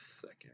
second